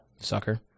sucker